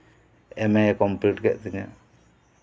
ᱮᱢ ᱮ ᱭ ᱠᱚᱢᱯᱤᱞᱤᱴ ᱠᱮᱫ ᱛᱤᱧᱟ